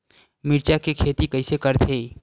मिरचा के खेती कइसे करथे?